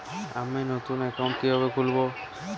আমি নতুন অ্যাকাউন্ট কিভাবে খুলব?